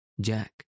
Jack